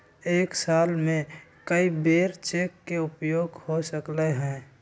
एक साल में कै बेर चेक के उपयोग हो सकल हय